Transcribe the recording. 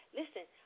listen